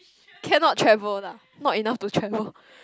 cannot travel lah not enough to travel